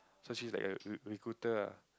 so she's like a re~ recruiter ah